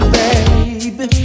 baby